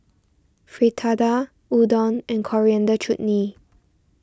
Fritada Udon and Coriander Chutney